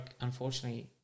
unfortunately